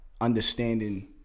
understanding